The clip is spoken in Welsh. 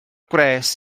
gwres